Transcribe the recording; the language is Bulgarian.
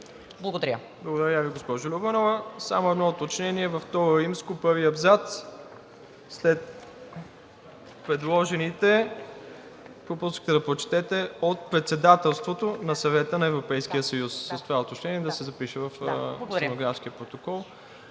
Благодаря Ви, госпожо Любенова. Само едно уточнение – във II, първи абзац след „предложените“, пропуснахте да прочетете „от Председателството на Съвета на Европейския съюз“. С това уточнение да се запише в стенографския протокол.